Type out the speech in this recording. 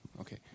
okay